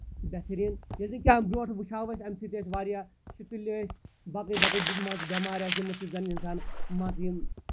بہتٔریٖن ییٚلہِ زَن أسۍ اَمہِ برۄنٛٹھ وُچھو أسۍ اَمہِ سۭتۍ ٲسۍ واریاہ شُتٕل ٲسۍ باقٕے باقٕے بیٚمارِ آسہٕ یِمو سۭتۍ زَن اِنسان مان ژٕ یِم